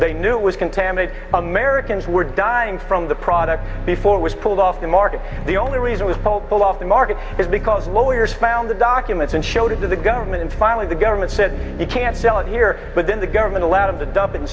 they knew it was contaminated americans were dying from the product before was pulled off the market the only reason we spoke well off the market is because lawyers found the documents and showed it to the government and finally the government said you can't sell it here but then the government allowed to dump in